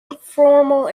informal